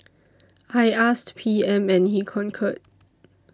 I asked P M and he concurred